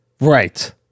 Right